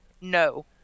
No